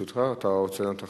אתה רוצה לענות עכשיו?